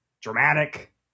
dramatic